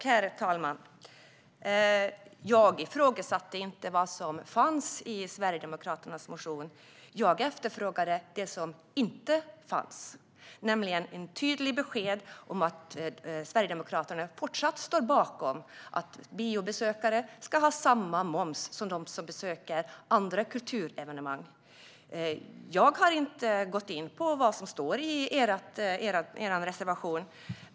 Herr talman! Jag ifrågasatte inte vad som fanns i Sverigedemokraternas motion. Jag efterfrågade det som inte fanns, nämligen ett tydligt besked om att Sverigedemokraterna fortsatt står bakom att biobesökare ska ha samma moms som de som besöker andra kulturevenemang. Jag har inte gått in på vad som står i er reservation.